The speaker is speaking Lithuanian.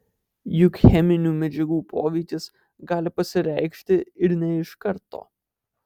juk cheminių medžiagų poveikis gali pasireikšti ir ne iš karto